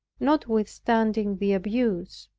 notwithstanding the abuse.